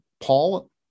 Paul